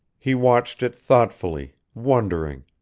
he watched it thoughtfully, wondering.